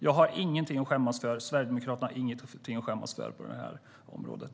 Jag och Sverigedemokraterna har ingenting att skämmas för på det här området.